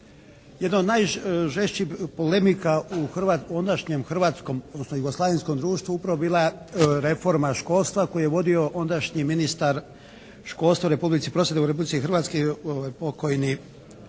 jedna od najžešćih polemika u ondašnjem hrvatskom odnosno jugoslavenskom društvu upravo bila reforma školstva koju je vodio ondašnji ministar školstva u Republici, prosvjete u Republici Hrvatskoj, pokojni